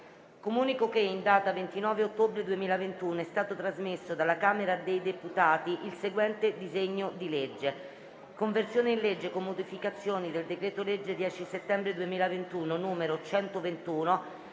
Comunico che, in data 29 ottobre 2021, è stato trasmesso dalla Camera dei deputati il seguente disegno di legge: «Conversione in legge, con modificazioni, del decreto-legge 10 settembre 2021, n. 121,